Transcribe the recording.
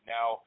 Now